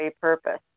purpose